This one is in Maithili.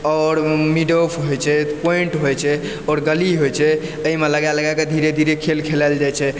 आओर मिड ऑफ होइ छै पॉइन्ट होइ छै आओर गली होइ छै एहिमे लगाए लगाए कऽ धीरे धीरे खेल खेलाएल जाइ छै